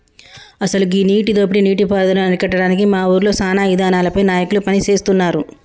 అసలు గీ నీటి దోపిడీ నీటి పారుదలను అరికట్టడానికి మా ఊరిలో సానా ఇదానాలపై నాయకులు పని సేస్తున్నారు